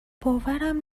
باورم